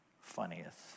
funniest